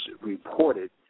reported